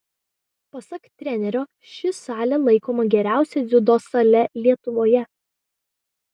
pasak trenerio ši salė laikoma geriausia dziudo sale lietuvoje